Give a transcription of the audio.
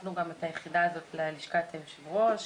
הכפפנו את היחידה הזאת ללשכת היושב ראש,